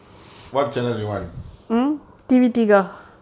what channel you want